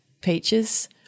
Peaches